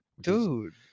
dude